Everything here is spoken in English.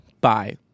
bye